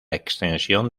extensión